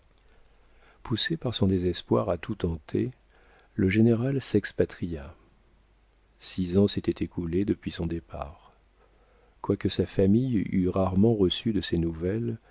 poussé par son désespoir à tout tenter le général s'expatria six ans s'étaient écoulés depuis son départ quoique sa famille eût rarement reçu de ses nouvelles